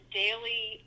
daily